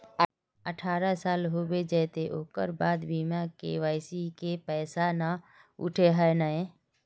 अठारह साल होबे जयते ओकर बाद बिना के.वाई.सी के पैसा न उठे है नय?